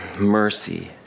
Mercy